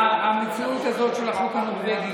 המציאות הזאת של החוק הנורבגי,